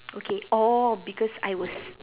okay orh because I was